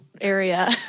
area